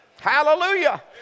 Hallelujah